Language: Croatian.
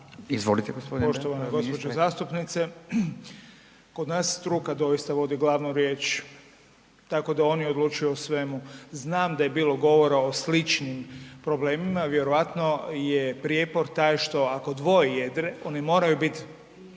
Vili (HDZ)** Poštovana gđo. zastupnice, kod nas struka doista vodi glavnu riječ, tako da oni odlučuju o svemu. Znam da je bilo govora o sličnim problemima, vjerojatno je prijepor taj što ako dvoje jedre, oni moraju bit